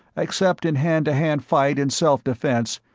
except in hand-to-hand fight in self-defense,